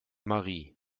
marie